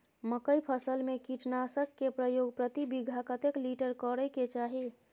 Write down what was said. मकई फसल में कीटनासक के प्रयोग प्रति बीघा कतेक लीटर करय के चाही?